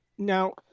Now